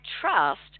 trust